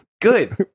Good